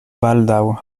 baldaŭ